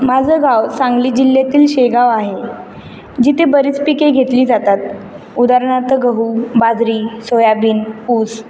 माझं गाव सांगली जिल्ह्यातील शेगाव आहे जिथे बरीच पिके घेतली जातात उदाहरणार्थ गहू बाजरी सोयाबीन ऊस